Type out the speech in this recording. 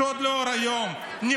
שוד לאור היום,